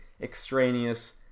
extraneous